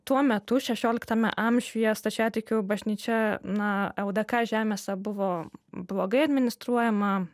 tuo metu šešioliktame amžiuje stačiatikių bažnyčia na ldk žemėse buvo blogai administruojama